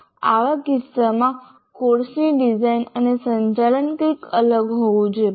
આવા કિસ્સામાં કોર્સની ડિઝાઇન અને સંચાલન કંઈક અલગ હોવું જોઈએ